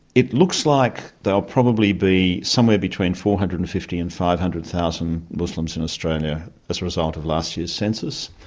it looks like they'll probably be somewhere between four hundred and fifty thousand and five hundred thousand muslims in australia as a result of last year's census,